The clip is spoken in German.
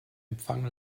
empfang